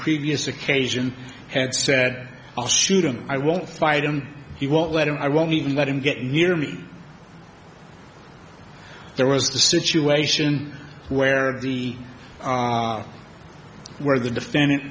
previous occasion had said i'll shoot him i won't fight him he won't let in i won't even let him get near me there was a situation where the where the defendant